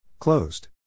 Closed